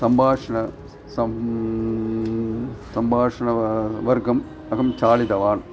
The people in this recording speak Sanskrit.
सम्भाषणं सम् सम्भाषणवर्गम् अहं चालितवान्